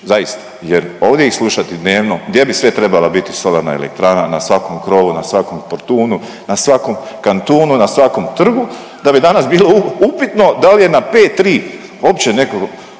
zaista jer ovdje ih slušati dnevno gdje bi sve trebala biti solarna elektrana na svakom krovu, na svakom portunu, na svakom kantunu, na svakom trgu da bi danas bilo upitno dal je na pet tri opće nekog